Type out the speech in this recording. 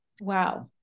Wow